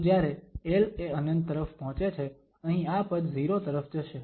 તો જ્યારે l એ ∞ તરફ પહોંચે છે અહીં આ પદ 0 તરફ જશે